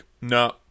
no